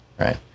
right